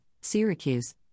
Syracuse